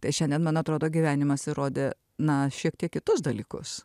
tai šiandien man atrodo gyvenimas įrodė na šiek tiek kitus dalykus